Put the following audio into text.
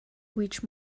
which